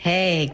Hey